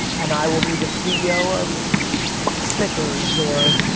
and i will be the ceo of snickers, or